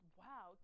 wow